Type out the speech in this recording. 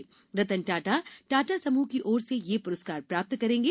श्री रतन टाटा टाटा समूह की ओर से यह पुरस्कार प्राप्त करेंगे